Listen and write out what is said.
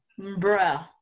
bruh